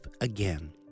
again